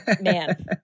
man